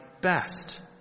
best